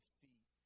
feet